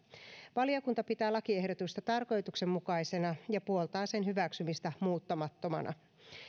valiokunta pitää lakiehdotusta tarkoituksenmukaisena ja puoltaa sen hyväksymistä muuttamattomana